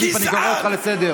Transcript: גזען.